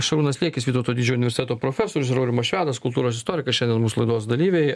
šarūnas liekis vytauto didžiojo universiteto profesorius ir aurimas švedas kultūros istorikas šiandien mūsų laidos dalyviai